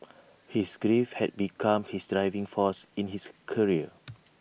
his grief had become his driving force in his career